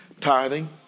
Tithing